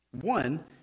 One